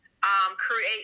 Create